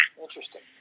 Interesting